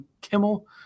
Kimmel